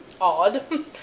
Odd